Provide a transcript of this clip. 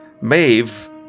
Maeve